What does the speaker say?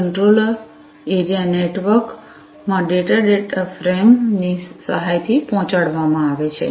controller area નેટવર્કમાં data data frame ની સહાયથી પહોંચાડવામાં આવે છે